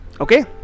Okay